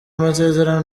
amasezerano